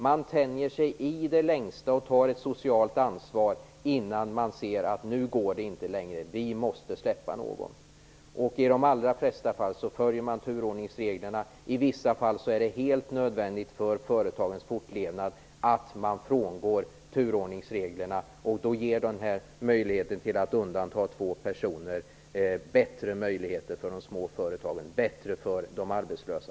Man tänjer sig i det längsta och tar ett socialt ansvar innan man säger: Nu går det inte längre, vi måste släppa någon. I de allra flesta fall följer man turordningsreglerna. I vissa fall är det helt nödvändigt för företagens fortlevnad att man frångår turordningsreglerna. Då ger denna möjlighet till att undanta två personer bättre möjligheter för de små företagen, och det är bättre för de arbetslösa.